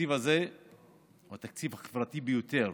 התקציב הזה הוא התקציב החברתי ביותר